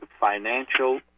financial